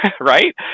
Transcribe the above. right